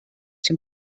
dem